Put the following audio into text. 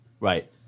Right